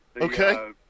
okay